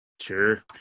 Sure